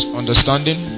understanding